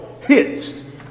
hits